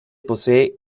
posee